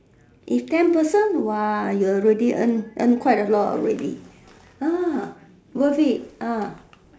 if ten person !wah! you already earn earn quite a lot already ah worth it ah